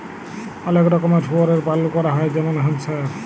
অলেক রকমের শুয়রের পালল ক্যরা হ্যয় যেমল হ্যাম্পশায়ার